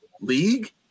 league